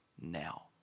now